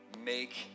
Make